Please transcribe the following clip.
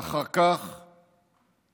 ואחר כך שוב,